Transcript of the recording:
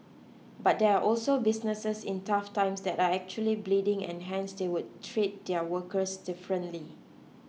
but there are also businesses in tough times that are actually bleeding and hence they would treat their workers differently